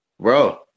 Bro